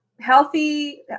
healthy